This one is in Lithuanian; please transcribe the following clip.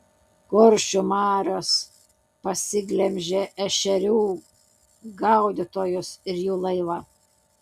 kuršių marios pasiglemžė ešerių gaudytojus ir jų laivą